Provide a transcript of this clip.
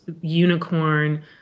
unicorn